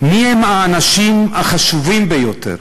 מיהם האנשים החשובים ביותר